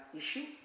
issue